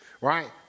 right